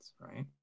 right